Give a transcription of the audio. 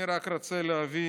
אני רק רוצה להביא